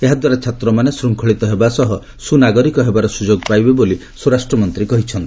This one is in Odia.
ଏହା ଦ୍ୱାରା ଛାତ୍ରମାନେ ଶୃଙ୍ଖଳିତ ହେବା ସହ ସୁନାଗରିକ ହେବାର ସୁଯୋଗ ପାଇବେ ବୋଲି ସ୍ୱରାଷ୍ଟ୍ରମନ୍ତ୍ରୀ କହିଚ୍ଛନ୍ତି